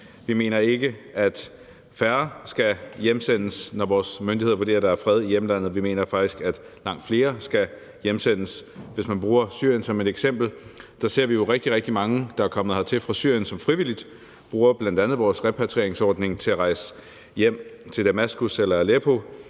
Vi mener ikke, at færre skal hjemsendes, når vores myndigheder vurderer, at der er fred i hjemlandet. Vi mener faktisk, at langt flere skal hjemsendes. Hvis man bruger Syrien som et eksempel, så ser vi jo, at rigtig, rigtig mange, der er kommet hertil fra Syrien, frivilligt bruger bl.a. vores repatrieringsordning til at rejse hjem til Damaskus eller Aleppo